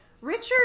Richard